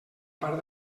part